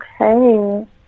Okay